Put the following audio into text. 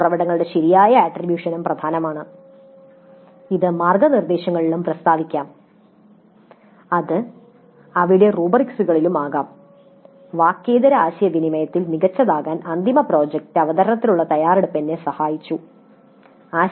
ഉറവിടങ്ങളുടെ ശരിയായ ആട്രിബ്യൂഷനും പ്രധാനമാണ് ഇത് മാർഗ്ഗനിർദ്ദേശങ്ങളിലും പ്രസ്താവിക്കാം അത് അവിടെ റുബ്രിക്സുകളിലും ആകാം "വാക്കേതര ആശയവിനിമയത്തിൽ മികച്ചതാകാൻ അന്തിമ പ്രോജക്റ്റ് അവതരണത്തിനുള്ള തയ്യാറെടുപ്പ് എന്നെ സഹായിച്ചു "